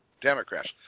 Democrats